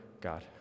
God